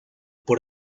por